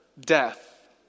death